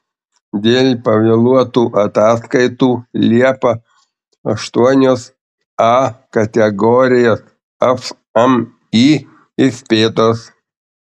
dėl pavėluotų ataskaitų liepą aštuonios a kategorijos fmį įspėtos